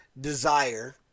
desire